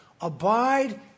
Abide